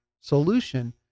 solution